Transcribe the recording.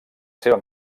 seva